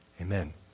Amen